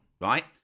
right